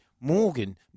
Morgan